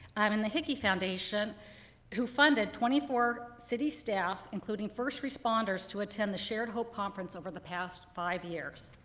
um and the hickey foundation who funded twenty four city staff, including first responders to attend the shared hope conference over the past five years.